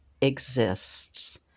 exists